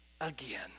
again